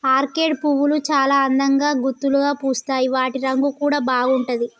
orchid పువ్వులు చాల అందంగా గుత్తులుగా పూస్తాయి వాటి రంగు కూడా బాగుంటుంది